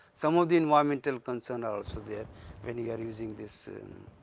some of the environmental concerns are also there when you are using this